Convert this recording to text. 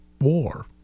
war